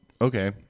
Okay